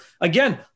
again